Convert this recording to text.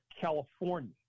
California